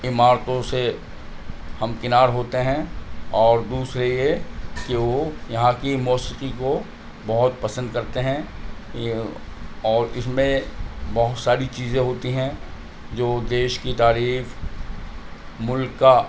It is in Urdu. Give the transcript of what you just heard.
عمارتوں سے ہمکنار ہوتے ہوتے ہیں اور دوسرے یہ کہ وہ یہاں کی موسیقی کو بہت پسند کرتے ہیں یہ اور اس میں بہت ساری چیزیں ہوتی ہیں جو دیش کی تعریف ملک کا